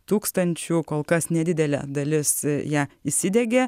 tūkstančių kol kas nedidelė dalis ją įsidiegė